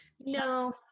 No